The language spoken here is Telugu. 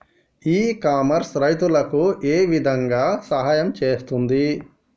ఇ కామర్స్ రైతులకు ఏ విధంగా సహాయం చేస్తుంది?